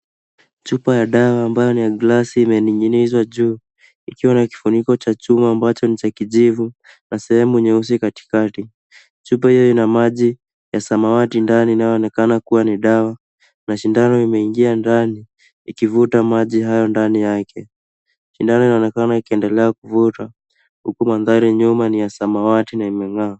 Chupa ya dawa ambayo ni ya glasi imening'inizwa juu ikiwa na kifuniko cha chuma ambacho ni cha kijivu na sehemu nyeusi katikati. Chupa hiyo ina maji ya samawati ndani inayoonekana kuwa ni dawa na sindano imeingia ndani ikivuta maji hayo ndani yake. Sindano inaonekana ikiendelea kuvuta huku mandhari ya nyuma ni ya samawati na imeng'aa.